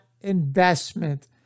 investment